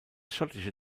schottische